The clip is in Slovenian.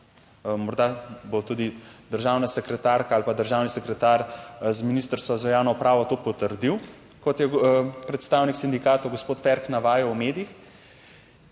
Morda bo tudi državna sekretarka ali pa državni sekretar z Ministrstva za javno upravo to potrdil, kot je predstavnik sindikatov, gospod Ferk navajal v medijih.